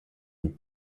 une